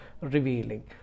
revealing